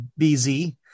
BZ